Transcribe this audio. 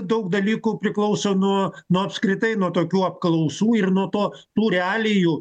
daug dalykų priklauso nuo nuo apskritai nuo tokių apklausų ir nuo to tų realijų